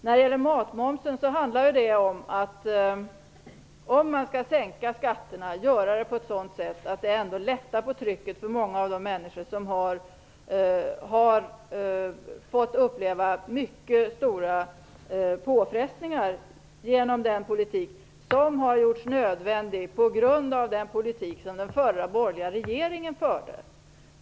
När det gäller matmomsen vill jag säga att man om man skall sänka skatterna skall göra det på ett sådant sätt att det lättar på trycket för många av de människor som har fått uppleva mycket stora påfrestningar genom den politik som har gjorts nödvändig på grund av den politik som den förra borgerliga regeringen förde.